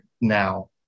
now